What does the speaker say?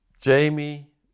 Jamie